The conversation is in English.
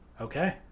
Okay